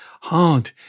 hard